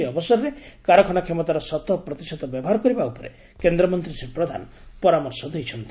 ଏହି ଅବସରରେ କାରଖାନା କ୍ଷମତାର ଶତପ୍ରତିଶତ ବ୍ୟବହାର କରିବା ଉପରେ କେନ୍ଦ୍ରମନ୍ତୀ ଶ୍ରୀ ପ୍ରଧାନ ପରାମର୍ଶ ଦେଇଛନ୍ତି